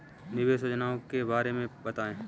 निवेश योजनाओं के बारे में बताएँ?